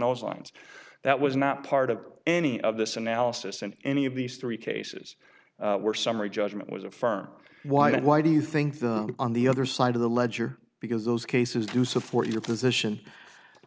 those lines that was not part of any of this analysis and any of these three cases were summary judgment was affirmed why did why do you think the on the other side of the ledger because those cases do support your position